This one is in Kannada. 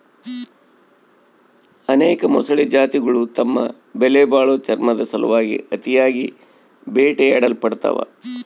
ಅನೇಕ ಮೊಸಳೆ ಜಾತಿಗುಳು ತಮ್ಮ ಬೆಲೆಬಾಳೋ ಚರ್ಮುದ್ ಸಲುವಾಗಿ ಅತಿಯಾಗಿ ಬೇಟೆಯಾಡಲ್ಪಡ್ತವ